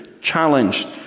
challenged